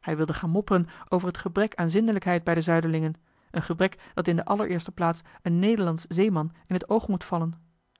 hij wilde gaan mopperen over het gebrek aan zindelijkheid bij de zuiderlingen een gebrek dat in de allereerste plaats een nederlandsch zeeman in het oog moet vallen